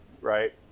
right